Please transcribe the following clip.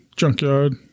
Junkyard